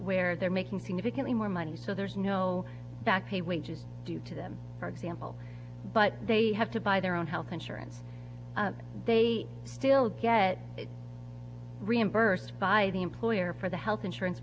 where they're making significantly more money so there's no back pay wages due to them for example but they have to buy their own health insurance they still get reimbursed by the employer for the health insurance